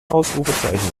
ausrufezeichen